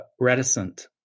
reticent